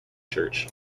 church